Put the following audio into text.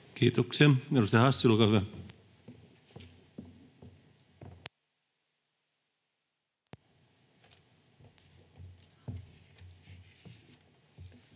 Kiitoksia.